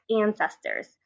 ancestors